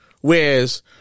Whereas